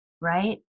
right